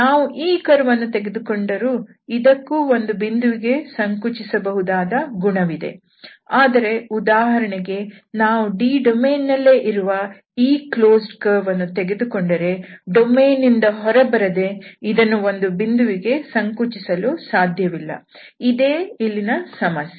ನಾವು ಈ ಕರ್ವ್ ತೆಗೆದುಕೊಂಡರೂ ಇದಕ್ಕೂ ಒಂದು ಬಿಂದುವಿಗೆ ಸಂಕುಚಿಸಬಹುದಾದ ಗುಣವಿದೆ ಆದರೆ ಉದಾಹರಣೆಗೆ ನಾವು D ಡೊಮೇನ್ ನಲ್ಲೆ ಇರುವ ಈ ಕ್ಲೋಸ್ಡ್ ಕರ್ವ್ಅನ್ನು ತೆಗೆದುಕೊಂಡರೆ ಡೊಮೇನ್ ನಿಂದ ಹೊರ ಬರದೆ ಇದನ್ನು ಒಂದು ಬಿಂದುವಿಗೆ ಸಂಕುಚಿಸಲು ಸಾಧ್ಯವಿಲ್ಲ ಇದೇ ಇಲ್ಲಿನ ಸಮಸ್ಯೆ